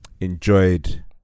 enjoyed